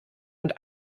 und